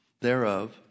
thereof